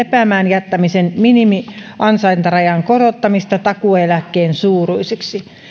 lepäämään jättämisen minimiansaintarajan korottamista takuueläkkeen suuruiseksi